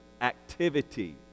activity